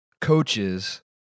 coaches